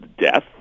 death